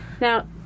Now